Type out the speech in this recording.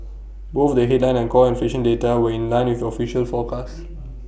both the headline and core inflation data were in line with the official forecast